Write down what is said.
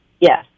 Yes